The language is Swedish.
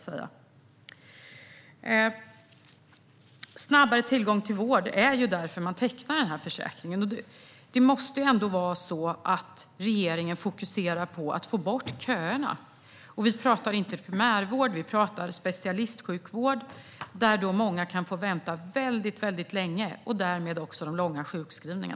Snabbare tillgång till vård är anledningen till att man tecknar denna försäkring. Regeringen måste fokusera på att få bort köerna. Vi talar inte om primärvård utan om specialistsjukvård, där många kan få vänta väldigt länge, vilket leder till långa sjukskrivningar.